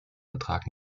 vertrag